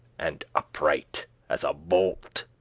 and upright as a bolt.